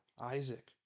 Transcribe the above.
Isaac